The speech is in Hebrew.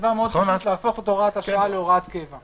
--- הצעת החוק דבר מאוד פשוט להפוך את הוראת השעה להוראת קבע.